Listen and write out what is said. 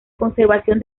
conservación